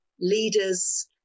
Leaders